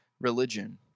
religion